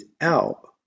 out